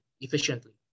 efficiently